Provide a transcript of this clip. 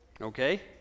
okay